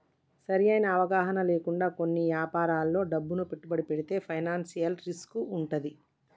సరైన అవగాహన లేకుండా కొన్ని యాపారాల్లో డబ్బును పెట్టుబడితే ఫైనాన్షియల్ రిస్క్ వుంటది